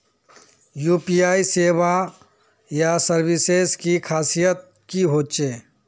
UPI सेवाएँ या services की खासियत की होचे?